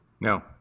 No